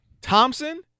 Thompson